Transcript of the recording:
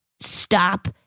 stop